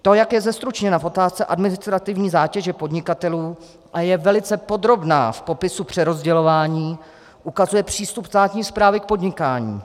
To, jak je zestručněna v otázce administrativní zátěže podnikatelů a je velice podrobná v popisu přerozdělování, ukazuje přístup státní správy k podnikání.